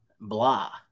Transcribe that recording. blah